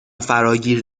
فراگیر